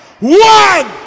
One